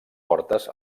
portes